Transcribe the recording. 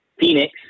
Phoenix